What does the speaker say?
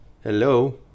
Hello